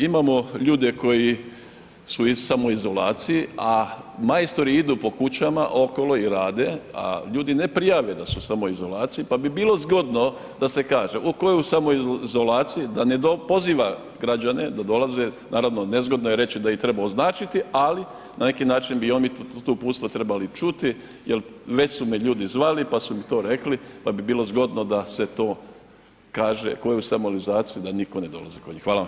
Imamo ljudi koji su u samoizolaciji a majstori idu po kućama okolo i rade a ljudi ne prijave da su u samoizolaciji, pa bi bilo zgodno da se kaže u koju samoizolaciju, da ne poziva građane da dolaze, naravno nezgodno je reći da ih treba označiti, ali na neki način bi oni to uputstvo tu trebali čuti jer već su me ljudi zvali pa su mi to rekli, pa bi bilo zgodno da se to kaže ko je u samoizolaciji da ne niko ne dolazi kod njih.